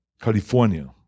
California